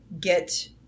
get